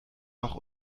noch